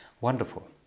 Wonderful